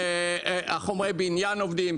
חומרי הבניין עומדים.